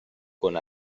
con